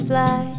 Fly